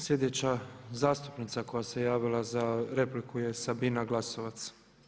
Sljedeća zastupnica koja se javila za repliku je Sabina Glasovac.